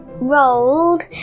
rolled